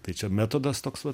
tai čia metodas toks va